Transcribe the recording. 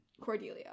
Cordelia